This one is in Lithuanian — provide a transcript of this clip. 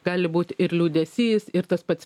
gali būt ir liūdesys ir tas pats